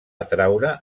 atraure